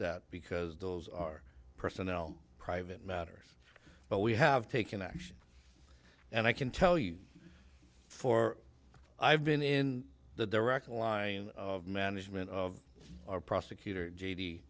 that because those are personnel private matters but we have taken action and i can tell you for i've been in the direct line of management of our prosecutor